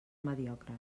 mediocres